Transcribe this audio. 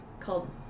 called